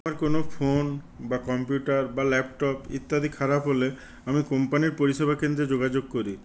আমার কোনো ফোন বা কম্পিউটার বা ল্যাপটপ ইত্যাদি খারাপ হলে আমি কোম্পানির পরিষেবা কেন্দ্রে যোগাযোগ করি